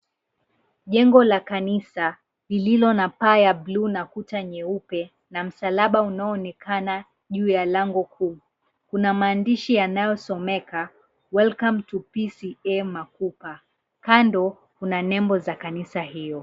Jengo la kanisa lililo na paa ya bluu na kuta nyeupe na msalaba unaoonekana juu ya lango kuu. Kuna maandishi yanayosomeka, "Welcome to PCEA, Makupa". Kando kuna nembo za kanisa hiyo.